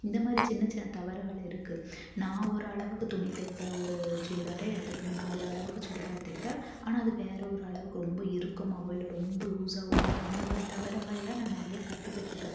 இந்தமாதிரி சின்ன சின்ன தவறுகள் இருக்குது நான் ஒரு அளவுக்கு துணி தைப்பேன் ஒரு சுடிதாரே எடுத்துக்கங்க நான் ஒரு அளவுக்கு சுடிதார் தைப்பேன் ஆனால் அது வேற ஒரு அளவுக்கு ரொம்ப இறுக்கமாகவோ இல்லை ரொம்ப லூசாகவோ போயிடும் அந்தமாதிரி தவறுகள்லாம் நான் நிறையா கத்துக்கிட்டிருக்கேன்